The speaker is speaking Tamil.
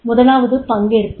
முதலாவது பங்கேற்பு